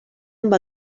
amb